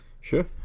Sure